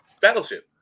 Battleship